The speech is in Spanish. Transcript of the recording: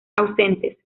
ausentes